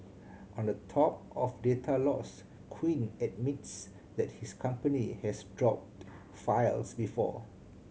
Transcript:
on the top of data loss Quinn admits that his company has dropped files before